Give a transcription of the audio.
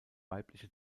weibliche